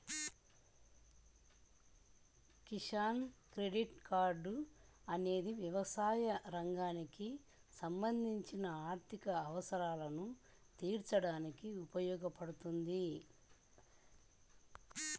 Kisan credit card అనేది వ్యవసాయ రంగానికి సంబంధించిన ఆర్థిక అవసరాలను తీర్చడానికి ఉపయోగపడుతుంది